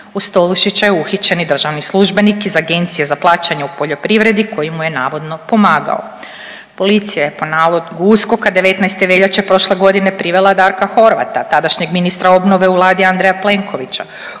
Uz Tolušića je uhićen i državni službenik iz Agencije za plaćanje u poljoprivredi koji mu je navodno pomagao. Policija je po nalogu USKOK-a 19. veljače prošle godine privela Darka Horvata, tadašnjeg ministra obnove u vladi Andreja Plenkovića.